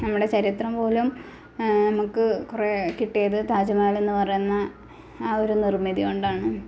നമ്മുടെ ചരിത്രം പോലും നമുക്ക് കുറേ കിട്ടിയത് താജ് മഹൽ എന്ന് പറയുന്ന ആ ഒരു നിർമിതി കൊണ്ടാണ്